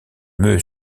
meut